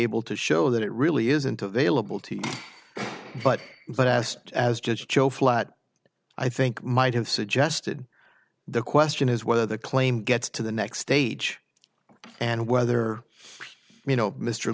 able to show that it really isn't available to you but the test as judge joe flat i think might have suggested the question is whether the claim gets to the next stage and whether you know mr